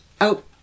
out